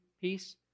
piece